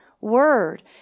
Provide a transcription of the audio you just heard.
word